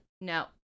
no